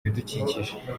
ibidukikije